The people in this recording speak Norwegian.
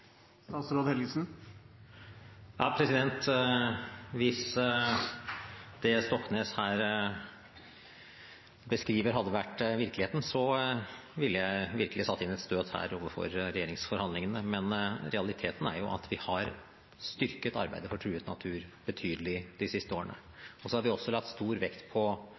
Hvis det Stoknes her beskriver, hadde vært virkeligheten, ville jeg virkelig satt inn et støt her i regjeringsforhandlingene, men realiteten er jo at vi har styrket arbeidet for truet natur betydelig de siste årene. Vi har også lagt stor vekt på